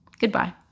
goodbye